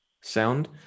sound